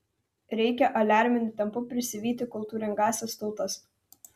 reikia aliarminiu tempu prisivyti kultūringąsias tautas